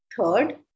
Third